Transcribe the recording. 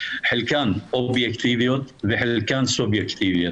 חלקן אובייקטיביות וחלקן סובייקטיביות,